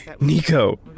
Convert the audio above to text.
Nico